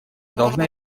должна